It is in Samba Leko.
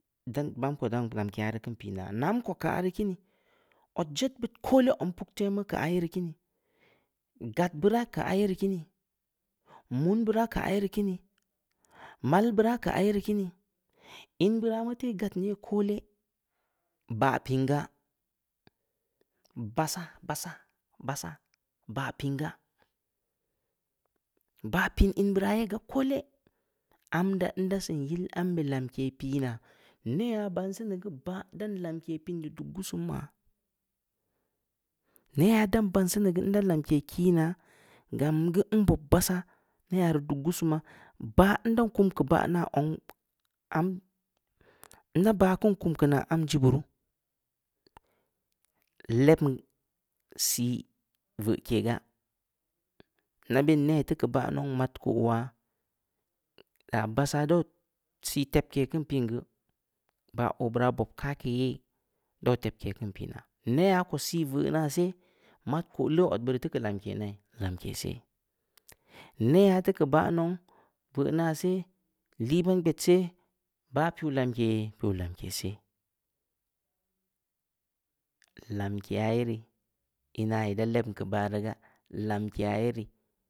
Ndan bam ko dan lamkeya rii dan kiin piinaa, naam ko kii aah rii kiinii, odjed beud koole zong puktemu keu aye rii kiinii, gad beuraa keu aye rii kiinii, mun beura keu aye rii kinii, mal beura keu aye rii kiinii, in beuraa mu teui gad ye koole, baah piin ga, bassah-bassah-bassaah, baah piin gaa, baah piin in beuraa ye gaa koole, amdaa nda siin yil ambe lamke pii naa, nayha baan seni geu baa dan lamke piin dii, duk gussum ya, neyha dan senii geu nda lamke kii naa, gan geu nbob bassaah, neyha rii duk gussumaa, baah ndan kum keu baah naa zong, amm ndaa baah keun keu naa am jiba ruu, lebm sii veuke gaa, nda ben neh teu keu baa nou, mad kow yaa, daa bassah dau sii tebke keun piin geu, baah oo beu raa bob kaake yee, dau tebke keun piinaa, neyha ko sii veuw na seh, mad koo leuw od beu rii teu keu lamke naii? Lamke seh, neyha teu keu baah nau, veu naa seh, lii ban gbed seh, baah piw lamke ye? Piw lamke seh, lamkeya yerii ina ii daa lebm keu ba rii ga, lamke aah ye rii